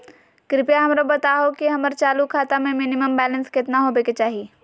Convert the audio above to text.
कृपया हमरा बताहो कि हमर चालू खाता मे मिनिमम बैलेंस केतना होबे के चाही